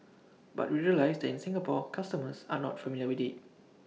but we realise that in Singapore customers are not familiar with IT